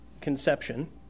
conception